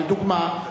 לדוגמה,